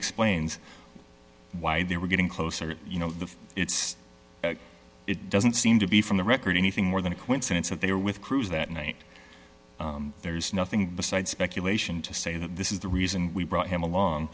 explains why they were getting closer you know the it doesn't seem to be from the record anything more than a coincidence that they were with crews that night there is nothing besides speculation to say that this is the reason we brought him along